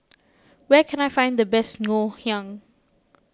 where can I find the best Ngoh Hiang